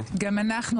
גם אנחנו,